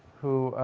who